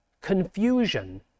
confusion